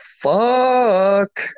fuck